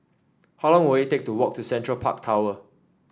how long will it take to walk to Central Park Tower